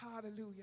Hallelujah